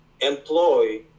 employ